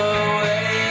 away